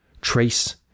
trace